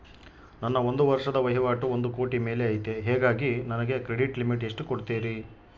ನನ್ನ ಒಂದು ವರ್ಷದ ವಹಿವಾಟು ಒಂದು ಕೋಟಿ ಮೇಲೆ ಐತೆ ಹೇಗಾಗಿ ನನಗೆ ಕ್ರೆಡಿಟ್ ಲಿಮಿಟ್ ಎಷ್ಟು ಕೊಡ್ತೇರಿ?